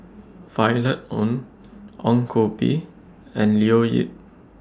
Violet Oon Ong Koh Bee and Leo Yip